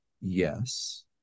yes